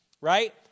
right